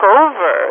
over